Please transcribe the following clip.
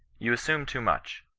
you assume too much.